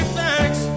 thanks